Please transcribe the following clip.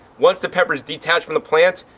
once the pepper is detached from the plant,